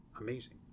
amazing